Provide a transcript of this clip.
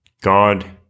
God